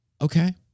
okay